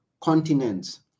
continents